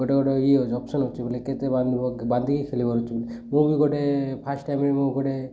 ଗୋଟେ ଗୋଟେ ଇ ଅପ୍ସନ୍ ଅଛି ବୋଲେ କେତେ ବାନ୍ଧିକି ଖେଳିବାର ଅଛି ବୋଲେ ମୁଁ ବି ଗୋଟେ ଫାର୍ଷ୍ଟ୍ ଟାଇମ୍ରେ ମୁଁ ଗୋଟେ